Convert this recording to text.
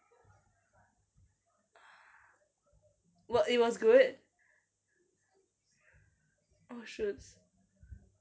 wa~ it was good